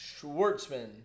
Schwartzman